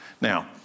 Now